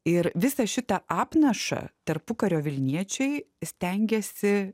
ir visą šitą apnašą tarpukario vilniečiai stengėsi